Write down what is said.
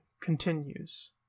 continues